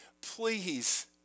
please